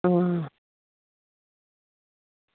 अं